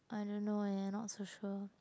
I don't know eh not so sure